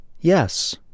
Yes